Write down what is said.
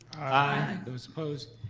i. those opposed?